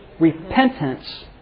repentance